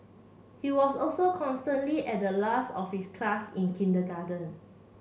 he was also constantly at the last of his class in kindergarten